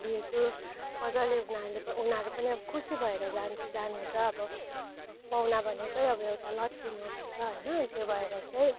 दिन्छु मजाले उनीहरूले त उनीहरू पनि अब खुसी भएर जान्छ जानुहुन्छ अब पाहुना भनेकै अब एउटा लच्छिन हो भन्छ होइन त्यो भएर चाहिँ